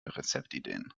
rezeptideen